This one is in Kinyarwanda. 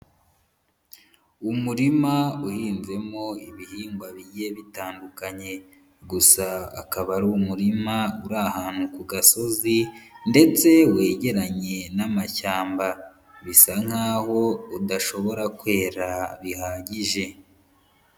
Umurima uhinzemo ibihingwa bigiye bitandukanye, gusa akaba ari umurima uri ahantu ku gasozi ndetse wegeranye n'amashyamba, bisa nkaho udashobora kwera bihagije.